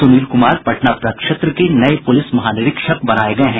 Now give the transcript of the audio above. सुनील कुमार पटना प्रक्षेत्र के नये पुलिस महानिरीक्षक बनाये गये हैं